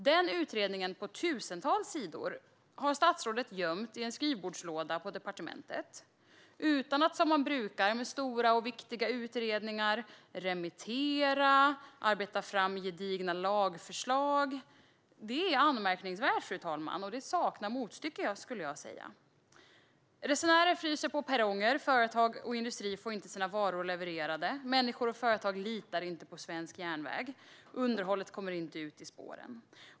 Den utredningen på tusentals sidor har statsrådet gömt i en skrivbordslåda på departementet, utan att remittera den och arbeta fram gedigna lagförslag, som man brukar göra med stora och viktiga utredningar. Det är anmärkningsvärt, fru talman. Det saknar motstycke, skulle jag säga. Resenärer fryser på perronger. Företag och industrier får inte sina varor levererade. Människor och företag litar inte på svensk järnväg. Underhållet kommer inte ut i spåren.